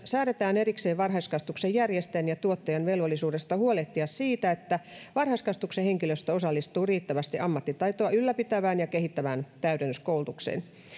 säädetään erikseen varhaiskasvatuksen järjestäjän ja tuottajan velvollisuudesta huolehtia siitä että varhaiskasvatuksen henkilöstö osallistuu riittävästi ammattitaitoa ylläpitävään ja kehittävään täydennyskoulutukseen